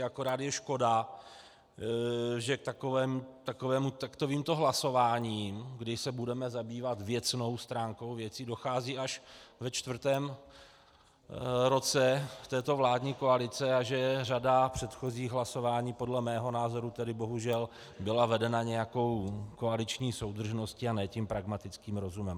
Akorát je škoda, že k takovýmto hlasováním, kdy se budeme zabývat věcnou stránkou věci, dochází až ve čtvrtém roce této vládní koalice a že řada předchozích hlasování podle mého názoru tedy bohužel byla vedena nějakou koaliční soudržností, a ne tím pragmatickým rozumem.